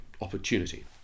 opportunity